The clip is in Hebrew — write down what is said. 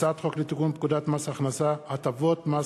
הצעת חוק לתיקון פקודת מס הכנסה (הטבות מס